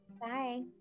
Bye